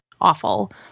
awful